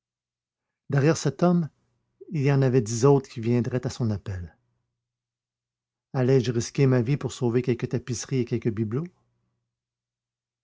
derrière cet homme il y en avait dix autres qui viendraient à son appel allais-je risquer ma vie pour sauver quelques tapisseries et quelques bibelots